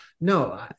no